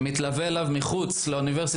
אני מתלווה אליו לחנייה הראשית מחוץ לאוניברסיטה,